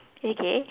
okay